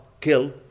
killed